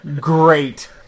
great